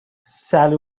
sally